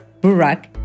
Burak